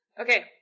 Okay